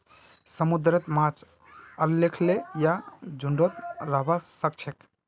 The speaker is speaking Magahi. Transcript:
समुंदरेर माछ अखल्लै या झुंडत रहबा सखछेक